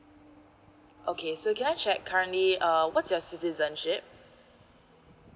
okay so can I check currently uh what's your citizenship